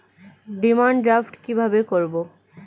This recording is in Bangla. ডিমান ড্রাফ্ট কীভাবে করব?